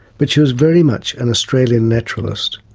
but she was very much an australian naturalist.